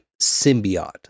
symbiote